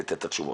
לתת תשובות.